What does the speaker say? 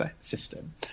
system